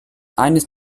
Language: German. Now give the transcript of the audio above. eines